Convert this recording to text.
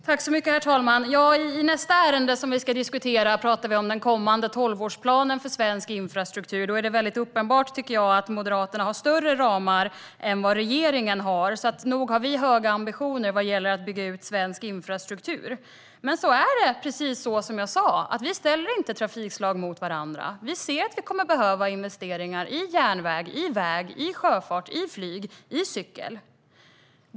Herr talman! I nästa ärende som vi ska diskutera talar vi om den kommande tolvårsplanen för svensk infrastruktur. Där tycker jag att det är uppenbart att Moderaterna har större ramar än vad regeringen har. Så nog har vi höga ambitioner när det gäller att bygga ut svensk infrastruktur! Det är precis som jag sa: Vi ställer inte transportslag mot varandra. Vi ser att vi kommer att behöva investeringar i järnväg, väg, sjöfart, flyg och cykel.